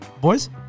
Boys